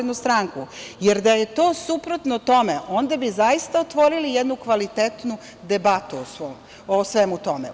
Da je to suprotno tome, onda bi zaista otvorili jednu kvalitetnu debatu o svemu tome.